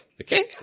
Okay